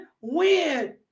win